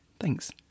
thanks